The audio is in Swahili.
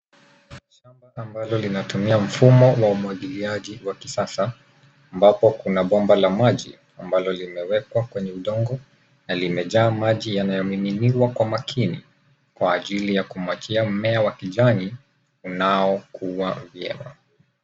Shamba ambalo linatumia mfumo wa umwagiliaji wa kisasa ambapo kuna bomba la maji ambalo limewekwa kwenye udongo na limejaa maji yaliyomimimiwa kwa makini kwa ajili ya kumwagia mmea wa kijani unaokua vyema.